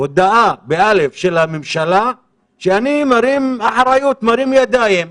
הודאה של הממשלה שאני מרים ידיים,